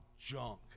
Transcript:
junk